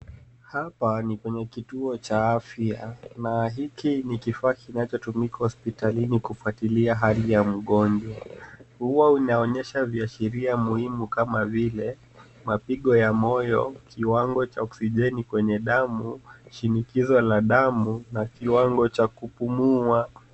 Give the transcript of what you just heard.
Hapa ni kwenye kituo cha afya na hiki ni kifaa kinachotumika hospitalini kufuatilia hali ya mgonjwa. Huwa unaonyesha viashiria muhimu kama vile mapigo ya moyo, kiwango cha oksijeni kwenye damu, shinikizo la damu na kiwango cha kupumua.